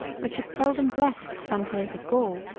which had seldom blessed the frontiers of gaul.